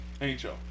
NHL